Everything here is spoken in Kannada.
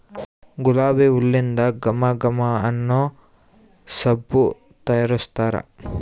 ಗುಲಾಬಿ ಹೂಲಿಂದ ಘಮ ಘಮ ಅನ್ನೊ ಸಬ್ಬು ತಯಾರಿಸ್ತಾರ